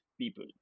people